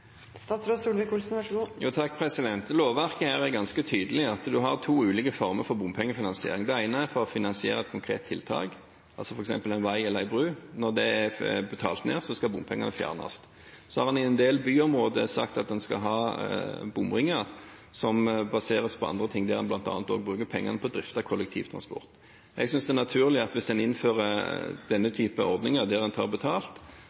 Lovverket her er ganske tydelig: Man har to ulike former for bompengefinansiering. Det ene er for å finansiere et konkret tiltak, f.eks. en vei eller en bro. Når det er betalt ned, skal bompengene fjernes. Så har man i en del byområder sagt at man skal ha bomringer som baseres på andre ting, der man bl.a. også bruker pengene på å drifte kollektivtransport. Jeg synes det er naturlig at hvis en innfører denne typen ordninger der man tar betalt,